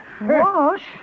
Wash